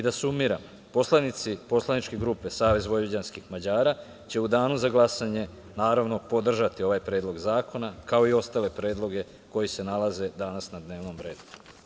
Da sumiram, poslanici poslaničke grupe Savez vojvođanskih Mađara će u danu za glasanje podržati ovaj predlog zakona, kao i ostale predloge koji se danas nalaze na dnevnom redu.